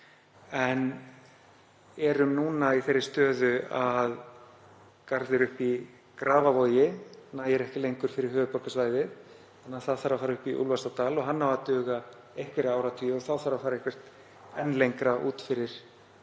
en erum núna í þeirri stöðu að garður uppi í Grafarvogi nægir ekki lengur fyrir höfuðborgarsvæðið. Það þarf að fara upp í Úlfarsárdal og hann á að duga í einhverja áratugi og þá þarf að fara enn lengra út fyrir